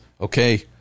okay